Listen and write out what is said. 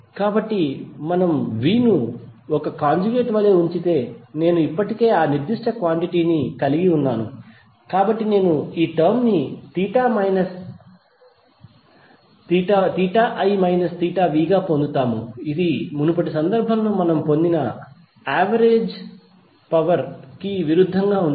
కాబట్టి మనం V ను ఒక కాంజుగేట్ వలె ఉంచితే నేను ఇప్పటికే ఆ నిర్దిష్ట క్వాంటిటీ ని కలిగి ఉన్నాను కాబట్టి నేను ఈ టర్మ్ ని theta I minus theta v గా పొందుతాము ఇది మునుపటి సందర్భంలో మనం పొందిన యావరేజ్ పవర్ కి విరుద్ధంగా ఉంటుంది